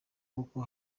koko